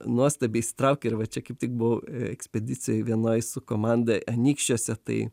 nuostabiai įsitraukia ir va čia kaip tik buvau ekspedicijoj vienoj su komanda anykščiuose tai